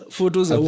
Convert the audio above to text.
photos